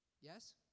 Yes